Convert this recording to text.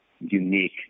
unique